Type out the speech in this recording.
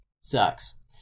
sucks